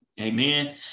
Amen